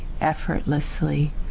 effortlessly